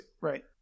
Right